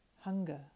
Hunger